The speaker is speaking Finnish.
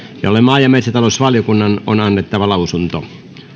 jolle maa ja metsätalousvaliokunnan on annettava lausunto